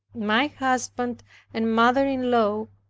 my husband and mother-in-law,